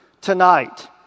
tonight